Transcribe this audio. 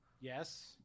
Yes